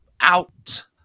out